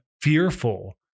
fearful